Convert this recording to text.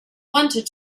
wanted